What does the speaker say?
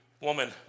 woman